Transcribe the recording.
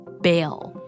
bail